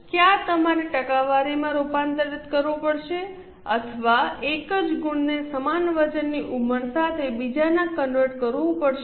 ક્યાં તમારે ટકાવારીમાં રૂપાંતરિત કરવું પડશે અથવા એક જ ગુણને સમાન વજનની ઉંમર સાથે બીજામાં કન્વર્ટ કરવું પડશે